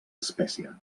espècie